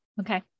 Okay